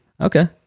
Okay